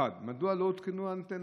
1. מדוע לא הותקנו אנטנות?